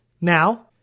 Now